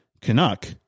Canuck